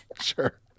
sure